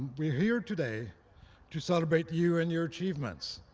we're here today to celebrate you and your achievements.